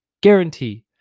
Guarantee